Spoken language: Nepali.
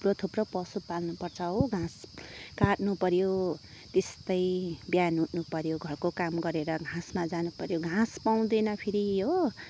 थुप्रो थुप्रो पशु पाल्नु पर्छ हो घाँस काट्नु पऱ्यो त्यस्तै बिहान उठ्नु पऱ्यो घरको काम गरेर घाँसमा जानु पऱ्यो घाँस पाउँदैन फेरि हो